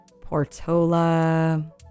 Portola